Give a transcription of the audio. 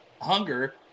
hunger